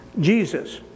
Jesus